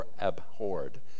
abhorred